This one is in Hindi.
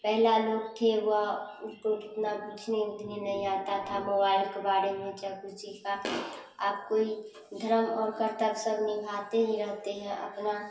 पहला लोग थे वह उसको उतना पूछने उछने नहीं आता था मोबाइल के बारे में चाहे कुछ चीज़ का अब कोई धरम और कर्तव्य सब निभाते ही रहते हैं अपना